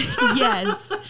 Yes